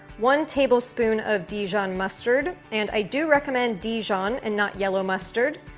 one tablespoon of dijon mustard. and i do recommend dijon and not yellow mustard.